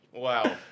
Wow